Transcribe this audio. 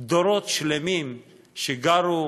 דורות שלמים שגרו